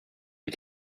des